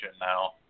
now